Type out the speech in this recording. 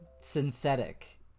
synthetic